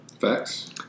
Facts